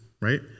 right